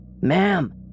ma'am